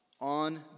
on